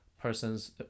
person's